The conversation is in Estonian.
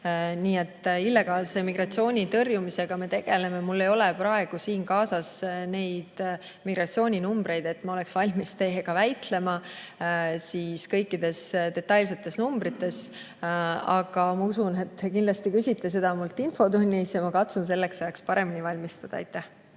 Illegaalse migratsiooni tõrjumisega me tegeleme. Mul ei ole praegu siin kaasas neid migratsiooninumbreid, et ma oleksin valmis teiega väitlema kõikides detailides. Aga ma usun, et te kindlasti küsite seda mult infotunnis ja ma katsun selleks ajaks paremini valmistuda. See